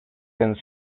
and